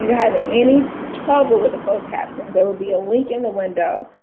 you're having any trouble with the closed captions, there will be a link in the window,